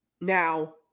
now